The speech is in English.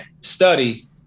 study